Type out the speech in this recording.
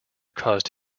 caused